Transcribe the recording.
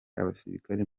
abasirikare